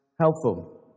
helpful